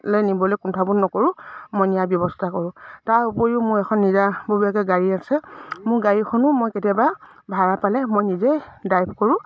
লে নিবলৈ কুণ্ঠাবোধ নকৰোঁ মই নিয়াৰ ব্যৱস্থা কৰোঁ তাৰ উপৰিও মোৰ এখন নিজাববীয়াকৈ গাড়ী আছে মোৰ গাড়ীখনো মই কেতিয়াবা ভাড়া পালে মই নিজেই ড্ৰাইভ কৰোঁ